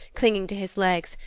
clinging to his legs,